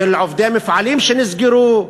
של עובדי מפעלים שנסגרו.